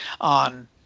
on